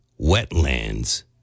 Wetlands